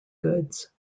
goods